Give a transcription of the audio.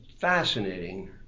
fascinating